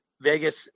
Vegas